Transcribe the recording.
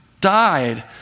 died